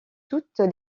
toutes